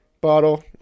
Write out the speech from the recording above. bottle